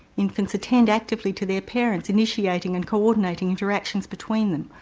infants attend actively to their parents, initiating and co-ordinating interactions between them.